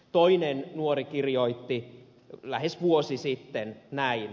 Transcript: toinen nuori kirjoitti lähes vuosi sitten näin